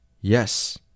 yes